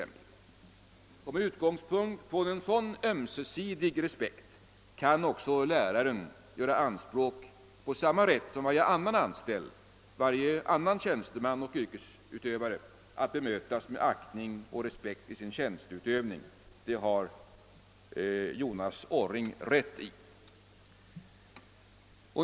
Med utgångspunkt från en sådan ömsesidig respekt kan också läraren göra anspråk på samma rätt som varje annan anställd, varje annan tjänsteman och yrkesutövare har att bemötas med aktning och respekt i sin tjänstutövning — detta har Jonas Orring rätt i.